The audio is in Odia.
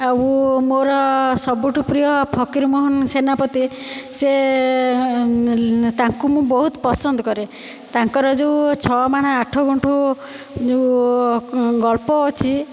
ଆଉ ମୋର ସବୁଠୁ ପ୍ରିୟ ଫକୀର ମୋହନ ସେନାପତି ସେ ତାଙ୍କୁ ମୁଁ ବହୁତ ପସନ୍ଦ କରେ ତାଙ୍କର ଯେଉଁ ଛଅ ମାଣ ଆଠ ଗୁଣ୍ଠ ଗଳ୍ପ ଅଛି